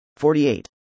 48